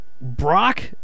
Brock